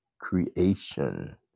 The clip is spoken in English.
creation